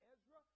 Ezra